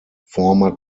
former